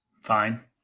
Fine